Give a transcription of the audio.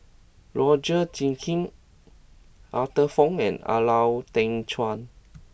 Roger Jenkins Arthur Fong and Lau Teng Chuan